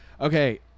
okay